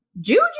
juju